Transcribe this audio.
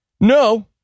no